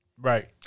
right